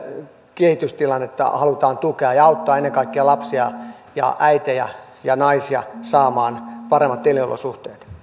kehitystilannetta halutaan tukea ja auttaa ennen kaikkea lapsia ja äitejä ja naisia saamaan paremmat elinolosuhteet